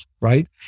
Right